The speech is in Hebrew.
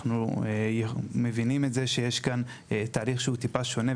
אנחנו מבינים שיש כאן תהליך שהוא טיפה שונה,